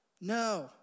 No